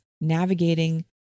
navigating